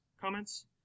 comments